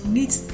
niet